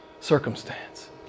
circumstance